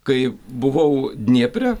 kai buvau dniepre